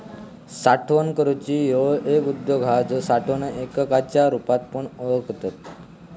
साठवण करूची ह्यो एक उद्योग हा जो साठवण एककाच्या रुपात पण ओळखतत